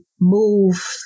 move